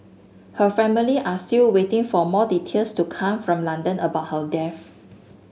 her family are still waiting for more details to come from London about how death